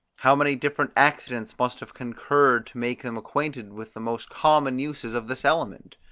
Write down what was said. how many different accidents must have concurred to make them acquainted with the most common uses of this element?